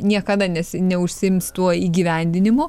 niekada nesi neužsiims tuo įgyvendinimu